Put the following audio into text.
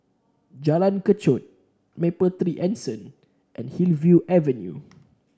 Jalan Kechot Mapletree Anson and Hillview Avenue